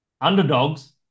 Underdogs